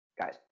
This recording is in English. guys